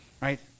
right